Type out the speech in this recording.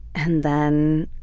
and then